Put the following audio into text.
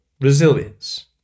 resilience